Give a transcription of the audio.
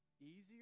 easier